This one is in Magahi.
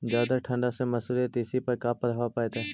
जादा ठंडा से मसुरी, तिसी पर का परभाव पड़तै?